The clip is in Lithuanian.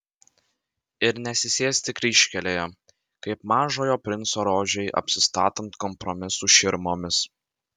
ir nesisėsti kryžkelėje kaip mažojo princo rožei apsistatant kompromisų širmomis